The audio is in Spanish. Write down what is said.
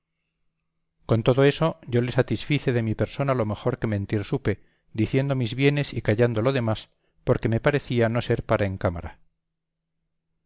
con todo eso yo le satisfice de mi persona lo mejor que mentir supe diciendo mis bienes y callando lo demás porque me parecía no ser para en cámara